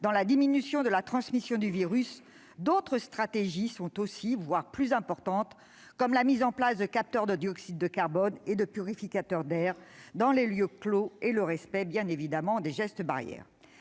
dans la diminution de la transmission du virus, d'autres stratégies sont aussi, voire plus importantes. Je pense à la mise en place de capteurs de dioxyde de carbone, à l'installation de purificateurs d'air dans les lieux clos et au respect des gestes barrières.